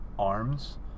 arms